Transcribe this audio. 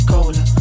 Cola